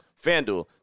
FanDuel